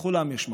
לכולם יש מקום,